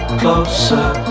closer